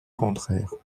contraire